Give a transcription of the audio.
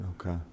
Okay